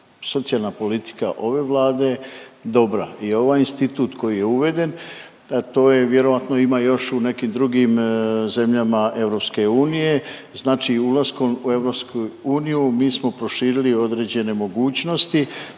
socijalna politika ove Vlade dobra i ovaj institut koji je uveden, a to vjerojatno ima još u nekim drugim zemljama EU, znači ulaskom u EU mi smo proširili određene mogućnosti